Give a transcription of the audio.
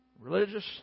religious